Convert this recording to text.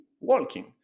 walking